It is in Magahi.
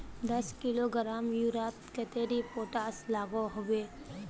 दस किलोग्राम यूरियात कतेरी पोटास लागोहो होबे?